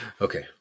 Okay